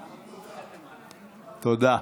תודה.